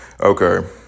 okay